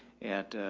at,